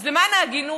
אז למען ההגינות,